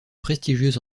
prestigieuse